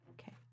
Okay